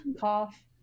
cough